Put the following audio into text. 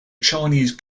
chinese